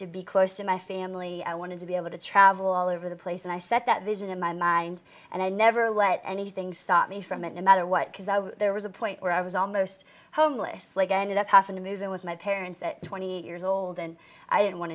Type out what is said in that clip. to be close to my family i wanted to be able to travel all over the place and i set that vision in my mind and i never let anything stop me from it no matter what because there was a point where i was almost homeless like i ended up having to move in with my parents at twenty years old and i didn't want